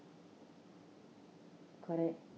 correct